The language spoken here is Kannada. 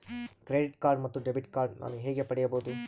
ಕ್ರೆಡಿಟ್ ಕಾರ್ಡ್ ಮತ್ತು ಡೆಬಿಟ್ ಕಾರ್ಡ್ ನಾನು ಹೇಗೆ ಪಡೆಯಬಹುದು?